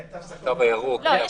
אין תו סגול בהפגנות?